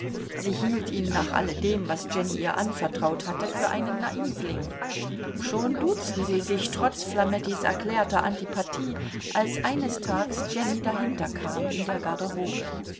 sie hielt ihn nach alledem was jenny ihr anvertraut hatte für einen naivling schon duzten sie sich trotz flamettis erklärter antipathie als eines tags jenny dahinterkam in der garderobe